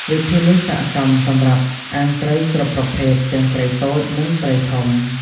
វិធីនេះស័ក្តិសមសម្រាប់អាំងត្រីគ្រប់ប្រភេទ ទាំងត្រីតូច និងត្រីធំ។